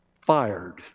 fired